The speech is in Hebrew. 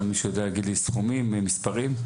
מישהו יודע להגיד לי סכומים, מספרים?